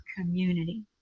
community